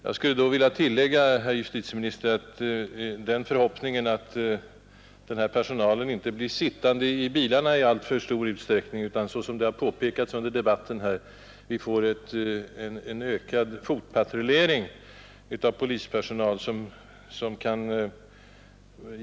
Jag skulle, herr justitieminister, vilja tillägga den förhoppningen att polispersonalen då inte blir sittande i bilarna i alltför stor utsträckning utan att vi, såsom även påpekats under debatten här, som ett ytterligare resultat av omorganisationen får en ökad fotpatrullering av polispersonal.